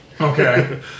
Okay